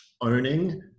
owning